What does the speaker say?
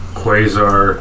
quasar